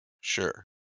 Sure